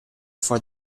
for